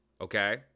Okay